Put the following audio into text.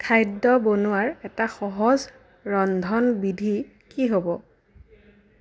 খাদ্য বনোৱাৰ এটা সহজ ৰন্ধনবিধি কি হ'ব